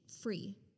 free